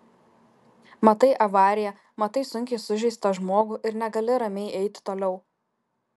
matai avariją matai sunkiai sužeistą žmogų ir negali ramiai eiti toliau